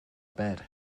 bed